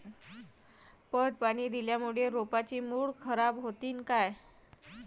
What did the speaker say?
पट पाणी दिल्यामूळे रोपाची मुळ खराब होतीन काय?